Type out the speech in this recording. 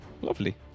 Lovely